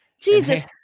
Jesus